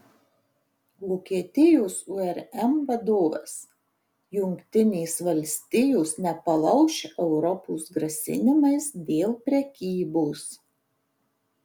vokietijos urm vadovas jungtinės valstijos nepalauš europos grasinimais dėl prekybos